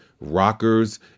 Rockers